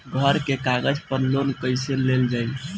घर के कागज पर लोन कईसे लेल जाई?